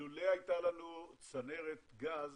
לולא הייתה לנו צנרת גז